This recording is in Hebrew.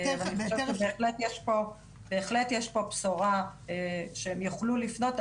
בהחלט יש פה בשורה שהם יוכלו לפנות.